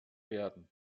werden